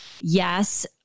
Yes